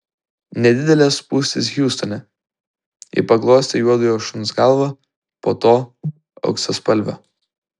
nedidelės spūstys hjustone ji paglostė juodojo šuns galvą po to auksaspalvio